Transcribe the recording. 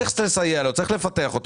צריך לסייע לו, צריך לפתח אותו.